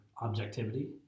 objectivity